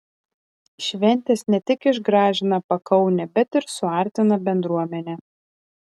šventės ne tik išgražina pakaunę bet ir suartina bendruomenę